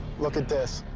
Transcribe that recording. look at this.